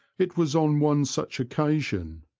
it was on one such occasion,